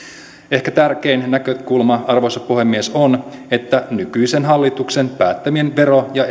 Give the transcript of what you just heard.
ehkä tärkein näkökulma arvoisa puhemies on että nykyisen hallituksen päättämien vero ja